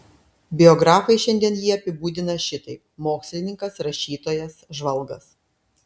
biografai šiandien jį apibūdina šitaip mokslininkas rašytojas žvalgas